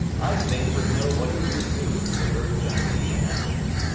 i fain would know what is the suit ye urge on me and athens,